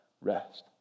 rest